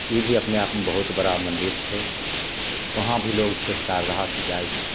ई भी अपने आपमे बहुत बड़ा मंदिर छै वहाँ भी लोग छै श्रद्धासँ जाइत छै